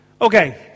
Okay